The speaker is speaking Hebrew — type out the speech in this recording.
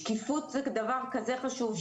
שקיפות זה דבר כזה חשוב,